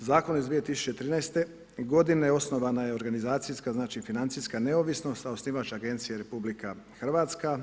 Zakon iz 2013. g. osnovana je organizacijska, znači financijska neovisnost a osnivač agencije je RH